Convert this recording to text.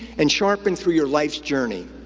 and sharpened through your life's journey.